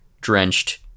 drenched